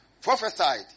prophesied